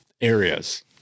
areas